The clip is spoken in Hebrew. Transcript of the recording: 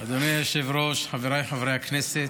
היושב-ראש, חבריי חברי הכנסת,